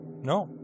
No